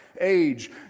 age